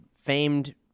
famed